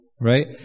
Right